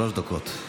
שלוש דקות.